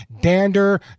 dander